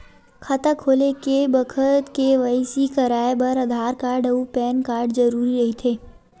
खाता खोले के बखत के.वाइ.सी कराये बर आधार कार्ड अउ पैन कार्ड जरुरी रहिथे